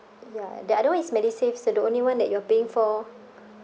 ya the other is medisave so the only one that you are paying for